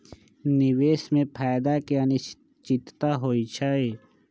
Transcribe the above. निवेश में फायदा के अनिश्चितता होइ छइ